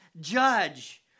judge